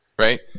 right